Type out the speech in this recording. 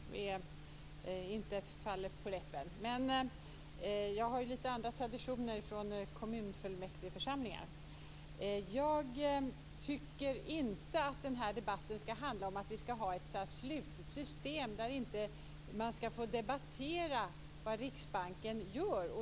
Fru talman! Jag lovar att jag skall avhålla mig från att recensera inlägg som inte faller mig på läppen. Jag är van vid lite andra traditioner från kommunfullmäktigeförsamlingar. Jag tycker inte att den här debatten skall handla om att vi skall ha ett slutet system där man inte skall få debattera vad Riksbanken gör.